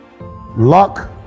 Luck